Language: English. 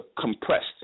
compressed